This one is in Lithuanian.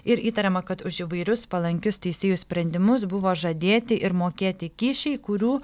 ir įtariama kad už įvairius palankius teisėjų sprendimus buvo žadėti ir mokėti kyšiai kurių